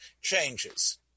changes